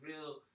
real